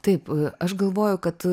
taip aš galvojau kad